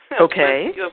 Okay